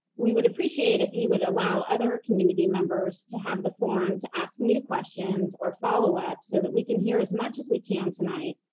we would appreciate if you would allow other community members to have the forum to ask new questions or follow up so that we can hear as much as we can tonight,